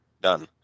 done